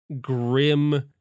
grim